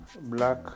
black